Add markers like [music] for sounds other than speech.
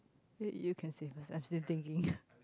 uh you can say first I'm still thinking [laughs]